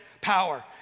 power